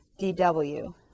DW